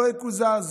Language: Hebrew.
לא יקוזז,